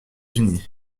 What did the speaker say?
unis